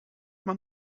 man